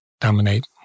dominate